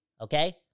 okay